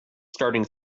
starting